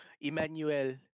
Emmanuel